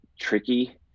tricky